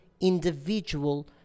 individual